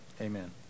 amen